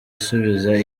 isubiza